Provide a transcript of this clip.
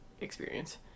experience